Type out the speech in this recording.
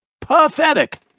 pathetic